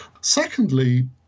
secondly